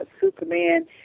Superman